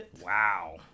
Wow